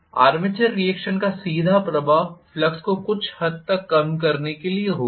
armature reaction का सीधा प्रभाव फ्लक्स को कुछ हद तक कम करने के लिए होगा